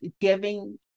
giving